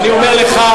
ואני אומר לך,